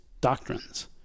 doctrines